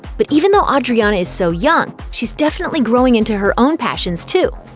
but even though audriana is so young, she's definitely growing into her own passions, too.